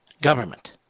government